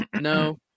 No